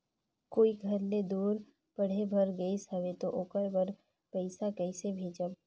कोई घर ले दूर पढ़े बर गाईस हवे तो ओकर बर पइसा कइसे भेजब?